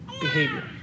behavior